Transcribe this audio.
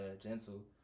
gentle